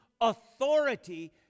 authority